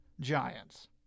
Giants